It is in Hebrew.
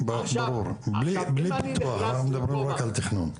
כן, ברור, בלי פיתוח, היום מדברים רק על תכנון.